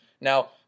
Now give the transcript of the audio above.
Now